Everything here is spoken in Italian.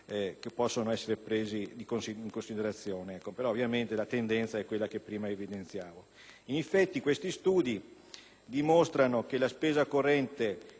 che possono essere presi in considerazione, ma la tendenza è quella che prima evidenziavo. In effetti, questi studi dimostrano che la spesa corrente,